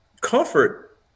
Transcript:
comfort